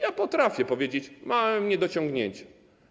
Ja potrafię powiedzieć: małe niedociągnięcie.